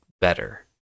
better